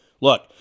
Look